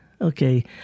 Okay